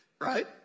Right